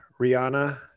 Rihanna